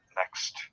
next